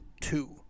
two